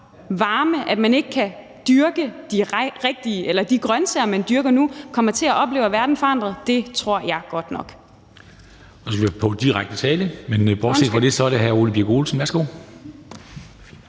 at man ikke kan dyrke de grønsager, man dyrker nu, kommer til at opleve, at verden er forandret? Det tror jeg godt nok.